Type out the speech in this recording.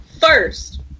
first